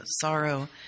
sorrow